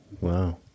Wow